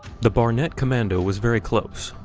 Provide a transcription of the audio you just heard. the barnett commando was very close,